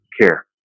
care